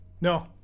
No